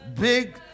Big